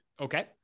Okay